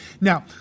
Now